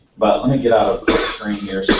but let me get out of this screen here,